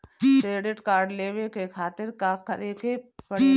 Credit card लेवे के खातिर का करेके पड़ेला?